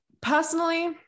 Personally